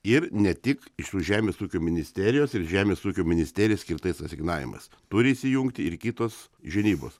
ir ne tik iš žemės ūkio ministerijos ir žemės ūkio ministerijai skirtais asignavimais turi įsijungti ir kitos žinybos